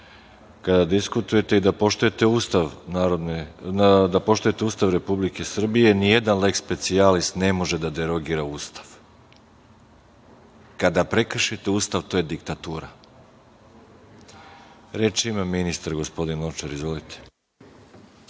kada diskutujete i da poštujete Ustav Republike Srbije. Nijedan „lek specijalis“ ne može da derogira Ustav. Kada prekršite Ustav to je diktatura. Reč ima ministar Lončar, izvolite.